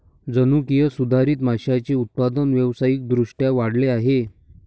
जनुकीय सुधारित माशांचे उत्पादन व्यावसायिक दृष्ट्या वाढले आहे